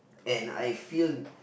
and I feel